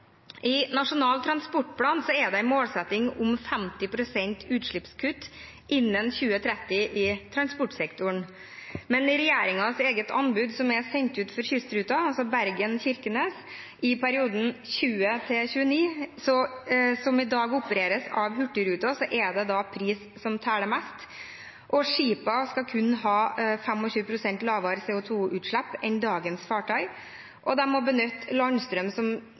I Nasjonal transportplan er det en målsetting om 50 pst. utslippskutt innen 2030 i transportsektoren. Men i regjeringens eget anbud for kystruten Bergen–Kirkenes for perioden 2020–2029, som i dag opereres av Hurtigruten, er det pris som teller mest. Skipene skal kun ha 25 pst. lavere CO 2 -utslipp enn dagens fartøy, og de må benytte landstrøm